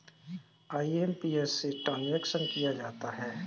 IMPS से transaction किया जाता है